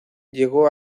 llegó